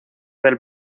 del